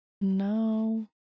No